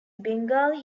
bengali